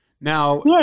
Now